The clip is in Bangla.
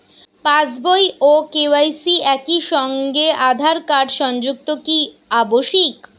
পাশ বই ও কে.ওয়াই.সি একই সঙ্গে আঁধার কার্ড সংযুক্ত কি আবশিক?